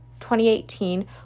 2018